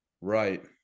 Right